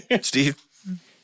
Steve